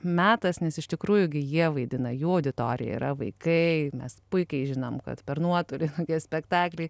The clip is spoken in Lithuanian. metas nes iš tikrųjų gi jie vaidina jų auditorija yra vaikai mes puikiai žinom kad per nuotolį tokie spektakliai